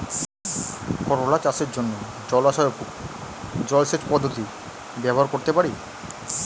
করোলা চাষের জন্য জলাশয় ও পুকুর জলসেচ পদ্ধতি ব্যবহার করতে পারি?